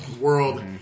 world